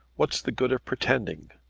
what's the good of pretending?